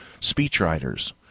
speechwriters